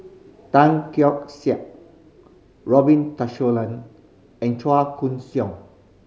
Tan Keong Saik Robin and Chua Koon Siong